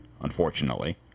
Unfortunately